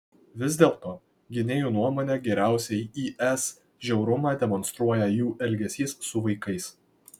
vis dėlto gynėjų nuomone geriausiai is žiaurumą demonstruoja jų elgesys su vaikais